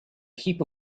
heap